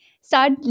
Start